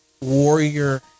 warrior